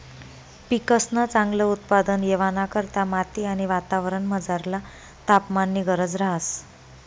पिकंसन चांगल उत्पादन येवाना करता माती आणि वातावरणमझरला तापमाननी गरज रहास